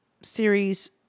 series